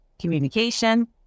communication